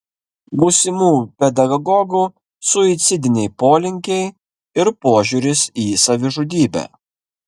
būsimų pedagogų suicidiniai polinkiai ir požiūris į savižudybę